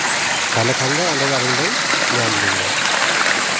ᱛᱟᱦᱞᱮ ᱠᱷᱟᱱ ᱫᱚ ᱚᱸᱰᱮᱜᱮ ᱟᱹᱞᱤᱧ ᱵᱮᱱ ᱧᱟᱢ ᱞᱤᱧᱟᱹ